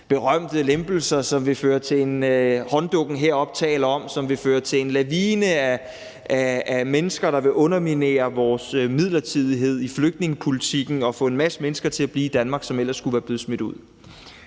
deroppe taler om, som vil føre til en lavine af mennesker, der vil underminere vores midlertidighed i flygtningepolitikken og få en masse mennesker til at blive i Danmark, som ellers skulle være smidt ud?